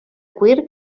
cuir